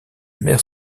mère